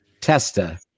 Testa